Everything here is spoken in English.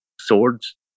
swords